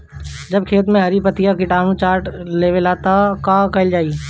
जब खेत मे हरी पतीया किटानु चाट लेवेला तऽ का कईल जाई?